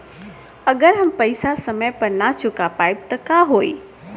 अगर हम पेईसा समय पर ना चुका पाईब त का होई?